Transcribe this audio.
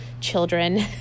children